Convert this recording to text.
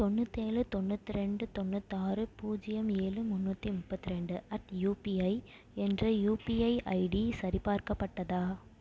தொண்ணூத்தேழு தொண்ணூற்றி ரெண்டு தொண்ணூத்தாறு பூஜ்ஜியம் ஏழு முந்நூற்றி முப்பத்தி ரெண்டு அட் யூபிஐ என்ற யூபிஐ ஐடி சரிபார்க்கப்பட்டதா